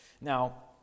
Now